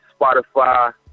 Spotify